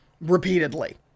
repeatedly